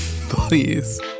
Please